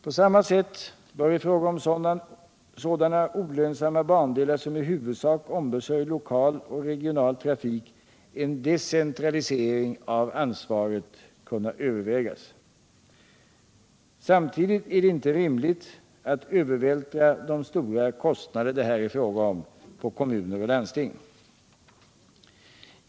På samma sätt bör i fråga om sådana olönsamma bandelar som i huvudsak ombesörjer lokal och regional trafik en decentralisering av ansvaret kunna övervägas. Samtidigt är det inte rimligt att övervältra de stora kostnader det här är fråga om på kommuner och landsting.